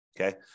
okay